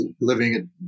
living